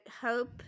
hope